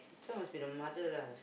this one must be the mother lah